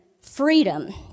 freedom